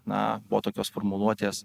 na buvo tokios formuluotės